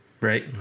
Right